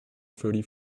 thirty